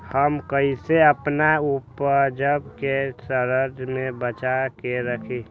हम कईसे अपना उपज के सरद से बचा के रखी?